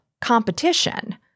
competition